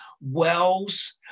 wells